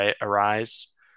Arise